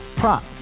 Prop